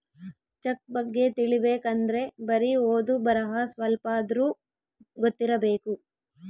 check ಬಗ್ಗೆ ತಿಲಿಬೇಕ್ ಅಂದ್ರೆ ಬರಿ ಓದು ಬರಹ ಸ್ವಲ್ಪಾದ್ರೂ ಗೊತ್ತಿರಬೇಕು